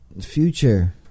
future